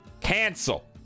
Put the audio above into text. cancel